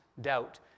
doubt